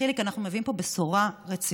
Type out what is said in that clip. חיליק, אנחנו מביאים פה בשורה רצינית.